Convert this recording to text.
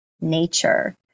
nature